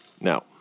Now